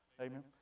Amen